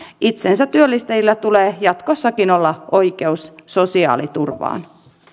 itsensätyöllistäjillä tulee jatkossakin olla oikeus sosiaaliturvaan